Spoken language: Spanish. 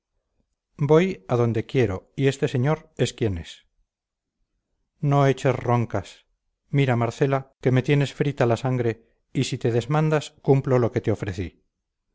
voy a donde quiero y este señor es quien es no eches roncas mira marcela que me tienes frita la sangre y si te desmandas cumplo lo que te ofrecí